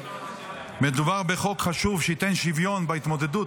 מדובר בחוק חשוב שייתן שוויון בהתמודדות.